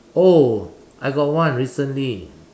oh I got one recently